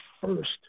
first